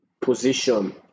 position